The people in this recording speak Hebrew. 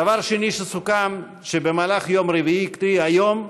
דבר שני שסוכם הוא שבמהלך יום רביעי, קרי, היום,